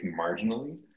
marginally